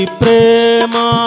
prema